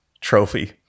trophy